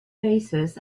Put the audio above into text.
paces